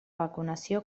vacunació